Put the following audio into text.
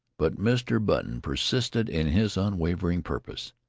but mr. button persisted in his unwavering purpose.